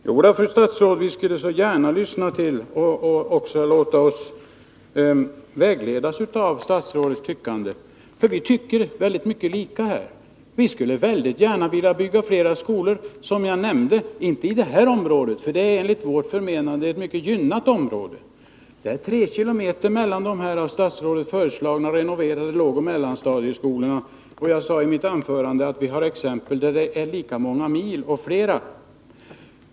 Herr talman! Jo då, fru statsråd, vi skulle så gärna lyssna till och också låta oss vägledas av statsrådets tyckande, för vi tycker mycket lika i denna fråga. Vi skulle väldigt gärna vilja bygga flera skolor, som jag nämnde, men inte i det här området, för det är enligt vårt förmenande ett mycket gynnat område. Avståndet mellan de lågoch mellanstadieskolor som statsrådet nu föreslår skall renoveras är 3 km. Jag sade i mitt anförande att vi har exempel där avståndet är lika många eller fler mil.